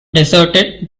deserted